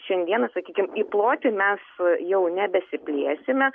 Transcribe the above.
šiandieną sakykim į plotį mes jau nebesiplėsime